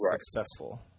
successful